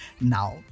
Now